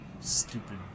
Stupid